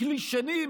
מכלי שני?